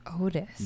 Otis